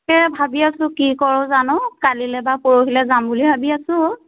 ভাবি আছোঁ কি কৰোঁ জানো কালিলে বা পৰহিলে যাম বুলি ভাবি আছোঁ